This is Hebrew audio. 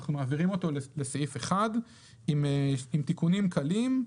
אנחנו מעבירים אותו לסעיף 1 עם תיקונים קלים.